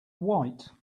white